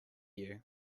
you